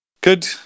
Good